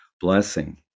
blessing